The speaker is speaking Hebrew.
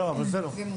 לא, אבל זה לא.